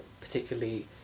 particularly